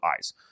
eyes